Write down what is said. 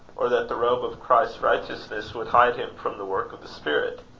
or that the robe of christ's righteousness would hide him from the work of the spirit?